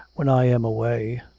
when i am away.